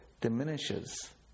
diminishes